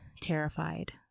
terrified